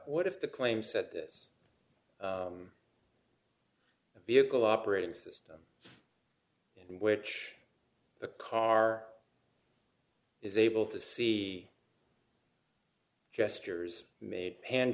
what if the claims that this vehicle operating system in which the car is able to see gestures made hand